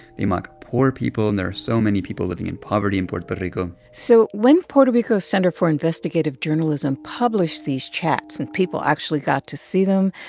they mock poor people, and there are so many people living in poverty in puerto rico so when puerto rico's center for investigative journalism published these chats and people actually got to see them,